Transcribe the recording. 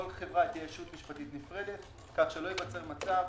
כל חברה תהיה ישות משפטית נפרדת כך שלא ייווצר מצב